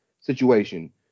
situation